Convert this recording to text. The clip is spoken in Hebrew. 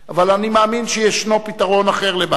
אבל אני מאמין שיש פתרון אחר לבעיה זו,